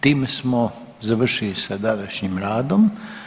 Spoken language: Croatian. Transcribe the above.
Time smo završili sa današnjim radom.